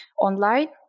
online